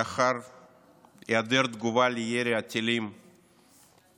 לאחר היעדר תגובה על ירי הטילים מעזה,